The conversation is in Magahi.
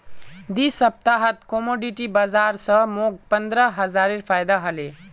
दी सप्ताहत कमोडिटी बाजार स मोक पंद्रह हजारेर फायदा हले